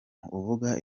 uvuga